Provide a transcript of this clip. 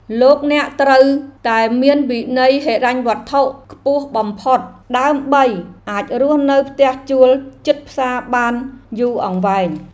លោកអ្នកត្រូវតែមានវិន័យហិរញ្ញវត្ថុខ្ពស់បំផុត ដើម្បីអាចរស់នៅផ្ទះជួលជិតផ្សារបានយូរអង្វែង។